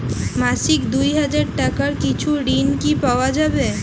মাসিক দুই হাজার টাকার কিছু ঋণ কি পাওয়া যাবে?